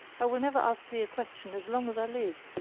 i will never ask thee a question as long as i live!